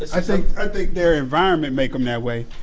i think i think their environment make them that way,